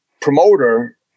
promoter